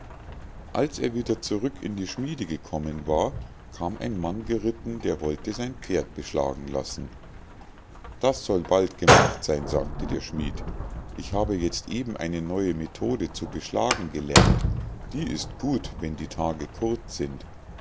als er wieder zurück in die schmiede gekommen war kam ein mann geritten der wollte sein pferd beschlagen lassen das soll bald gemacht sein sagte der schmied ich habe jetzt eben eine neue methode zu beschlagen gelernt die ist gut wenn die tage kurz sind